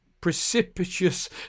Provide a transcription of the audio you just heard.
precipitous